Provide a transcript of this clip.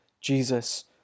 Jesus